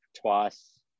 twice